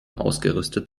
ausgerüstet